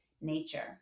nature